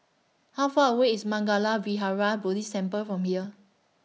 How Far away IS Mangala Vihara Buddhist Temple from here